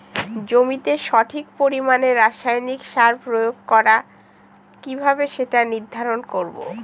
জমিতে সঠিক পরিমাণে রাসায়নিক সার প্রয়োগ করা কিভাবে সেটা নির্ধারণ করব?